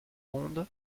ronde